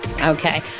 Okay